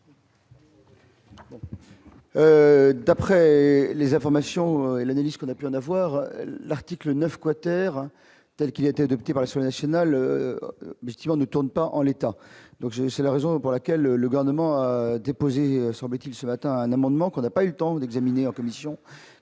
D'après les a. Formation et l'analyse qu'on a pu en avoir l'article 9 quater telle qu'il était adopté par les seuls nationale mais si on ne tourne pas en l'état, donc je c'est la raison pour laquelle le garnement a déposé semble-t-il ce matin à un amendement qu'on n'a pas eu le temps de l'examiner en commission